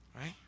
Right